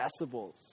decibels